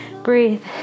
Breathe